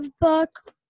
book